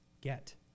get